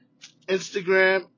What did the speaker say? Instagram